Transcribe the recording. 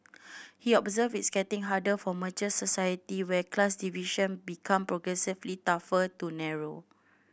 he observed it's getting harder for mature society where class division become progressively tougher to narrow